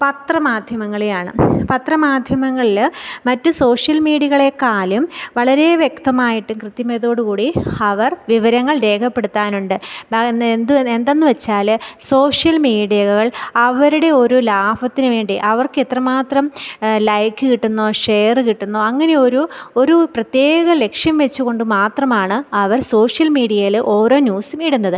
പത്രമാധ്യമങ്ങളെയാണ് പത്രമാധ്യമങ്ങളിൽ മറ്റു സോഷ്യൽ മീഡിയകളെക്കാളും വളരെ വ്യക്തമായിട്ട് കൃത്യമതയോടു കൂടി അവർ വിവരങ്ങൾ രേഖപ്പെടുത്താനുണ്ട് എന്ത് എന്തെന്നു വെച്ചാൽ സോഷ്യൽ മീഡിയകൾ അവരുടെ ഒരു ലാഭത്തിനുവേണ്ടി അവർക്ക് എത്രമാത്രം ലൈക് കിട്ടുന്നോ ഷെയർ കിട്ടുന്നോ അങ്ങനെ ഒരു ഒരു പ്രത്യേക ലക്ഷ്യം വെച്ചുകൊണ്ട് മാത്രമാണ് അവർ സോഷ്യൽ മീഡിയയിൽ ഓരോ ന്യൂസും ഇടുന്നത്